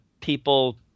people –